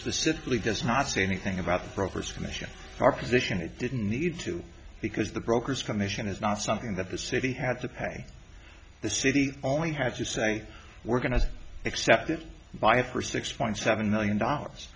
specifically does not say anything about the brokers commission our position it didn't need to because the brokers commission is not something that the city had to pay the city only had to say we're going to accept it by for six point seven million dollars